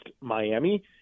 Miami